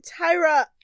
Tyra